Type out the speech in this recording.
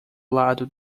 lado